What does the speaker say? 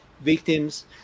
victims